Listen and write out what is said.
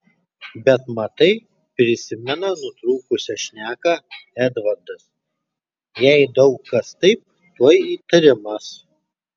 bet matai prisimena nutrūkusią šneką edvardas jei daug kas taip tuoj įtarimas